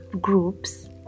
groups